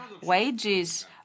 wages